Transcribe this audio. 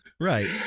Right